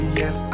yes